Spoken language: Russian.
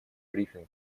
брифинг